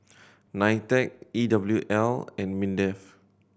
NITEC E W L and MINDEF